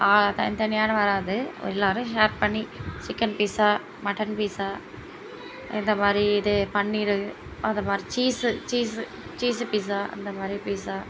தனித்தனியாகலாம் வராது ஒரு எல்லோரும் ஷேர் பண்ணி சிக்கன் பீஸா மட்டன் பீஸா இந்தமாதிரி இது பன்னீரு அதைமாரி சீஸு சீஸு சீஸு பீஸா அந்தமாரி பீஸா